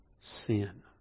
sin